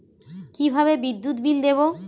কিভাবে বিদ্যুৎ বিল দেবো?